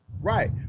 right